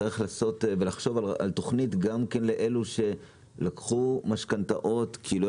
צריך לחשוב על תוכנית שתהיה מיועדת לאלה שלקחו משכנתאות כי לא